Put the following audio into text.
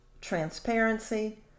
transparency